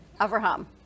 Avraham